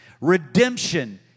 Redemption